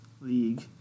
league